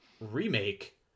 remake